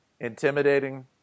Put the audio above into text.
intimidating